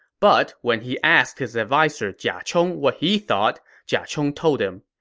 but when he asked his adviser jia chong what he thought, jia chong told him,